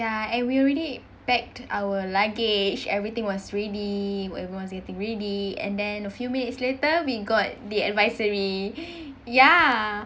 ya and we already packed our luggage everything was ready everyone's getting ready and then a few minutes later we got the advisory ya